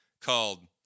called